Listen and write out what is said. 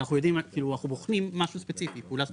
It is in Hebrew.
אנחנו יודעים מה כאילו אנחנו בוחנים משהו ספציפי פעולה ספציפית,